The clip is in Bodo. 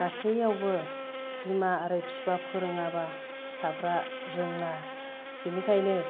गासैयावबो बिमा आरो फिफा फोरोङाबा फिसाफ्रा रोङा बेनिखायनो